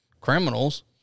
criminals